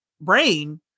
brain